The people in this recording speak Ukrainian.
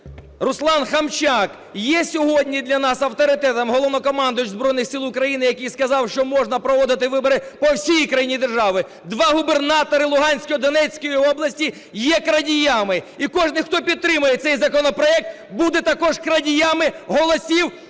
Руслан Хомчак є сьогодні для нас авторитетом, Головнокомандувач Збройних Сил України, який сказав, що можна проводити вибори по всій країні держави? Два губернатори Луганської, Донецької області є крадіями. І кожний, хто підтримує цей законопроект, будуть також крадіями голосів